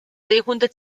seehunde